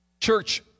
Church